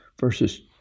verses